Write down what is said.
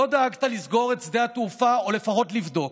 לא דאגת לסגור את שדה התעופה או לפחות לבדוק,